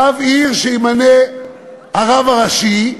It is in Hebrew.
רב עיר שימנה הרב הראשי.